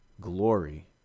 glory